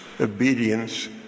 obedience